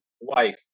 wife